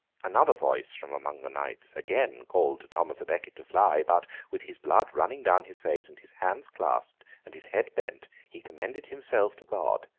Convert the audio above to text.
another voice from among the knights again called to thomas a becket to fly but, with his blood running down his face, and his hands clasped, and his head bent, he commanded himself to god,